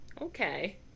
Okay